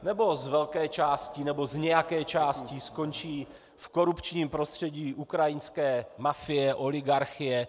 Nebo z velké části nebo z nějaké části skončí v korupčním prostředí ukrajinské mafie, oligarchie?